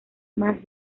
más